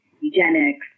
eugenics